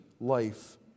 life